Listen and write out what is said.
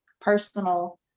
personal